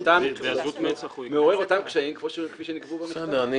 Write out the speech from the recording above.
מעורר אותם קשיים כפי שנקבעו במכתב.